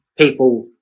people